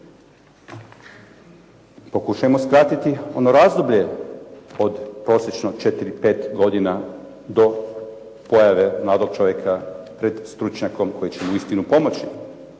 Pokušajmo skratiti ono razdoblje od prosječno 4, 5 godina do pojave mladog čovjeka pred stručnjakom koji će mu pomoći.